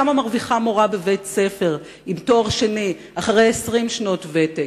כמה מרוויחה מורה בבית-ספר עם תואר שני אחרי 20 שנות ותק,